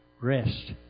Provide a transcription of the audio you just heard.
Rest